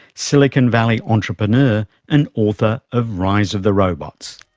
silicon valley entrepreneur and author of rise of the robots.